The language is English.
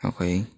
Okay